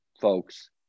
folks